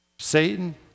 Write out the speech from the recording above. Satan